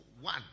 one